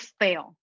fail